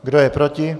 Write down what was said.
Kdo je proti?